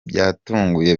byatunguye